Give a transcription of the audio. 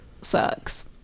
sucks